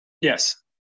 Yes